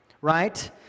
Right